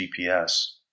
GPS